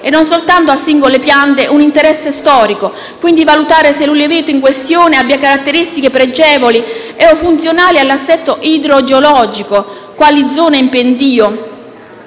e non soltanto a singole piante e, quindi, valutare se l'uliveto in questione abbia caratteristiche pregevoli e funzionali all'assetto idrogeologico quali zone in pendio.